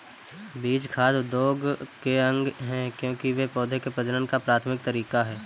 बीज खाद्य उद्योग के अंग है, क्योंकि वे पौधों के प्रजनन का प्राथमिक तरीका है